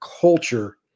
culture